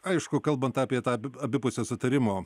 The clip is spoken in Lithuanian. aišku kalbant apie tą abipusio sutarimo